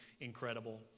incredible